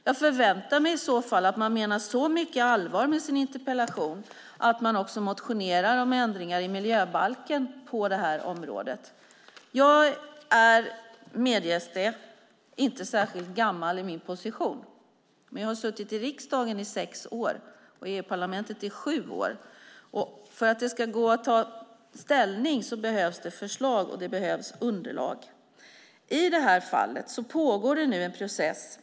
Jag förväntar mig i så fall att man menar så mycket allvar med sin interpellation att man också motionerar om ändringar i miljöbalken på det här området. Jag är, medges det, inte särskilt gammal i min position. Men jag har suttit i riksdagen i sex år och i EU-parlamentet i sju år. För att det ska gå att ta ställning behövs det förslag, och det behövs underlag. I det här fallet pågår det nu en process.